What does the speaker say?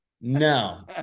no